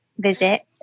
visit